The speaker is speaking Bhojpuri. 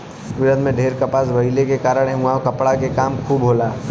गुजरात में ढेर कपास भइले के कारण उहाँ कपड़ा के काम खूब होला